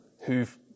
who've